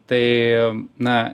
tai na